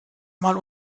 mal